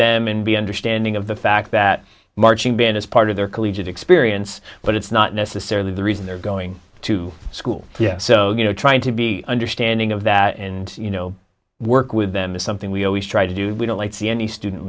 them and be understanding of the fact that marching band is part of their collegiate experience but it's not necessarily the reason they're going to school so you know trying to be understanding of that and you know work with them is something we always try to do we don't like to see any student